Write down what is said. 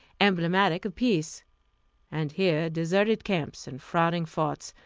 emblematic of peace and here deserted camps and frowning forts,